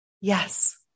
Yes